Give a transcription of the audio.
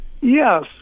Yes